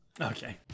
Okay